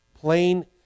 Plain